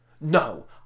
No